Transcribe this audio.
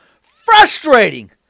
frustrating